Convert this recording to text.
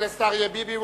חבר הכנסת אריה ביבי.